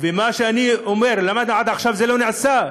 ומה שאני אומר: למה עד עכשיו זה לא נעשה?